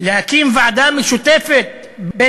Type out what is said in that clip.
אפילו לא חמש); להקים ועדה משותפת של